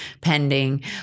pending